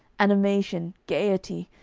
animation, gaiety,